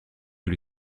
lui